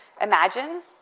Imagine